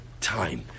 time